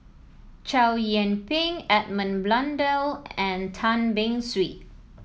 Chow Yian Ping Edmund Blundell and Tan Beng Swee